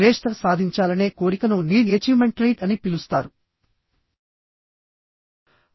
శ్రేష్ఠత సాధించాలనే కోరికను need achievement trait అని పిలుస్తారు